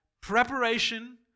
preparation